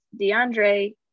DeAndre